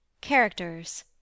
Characters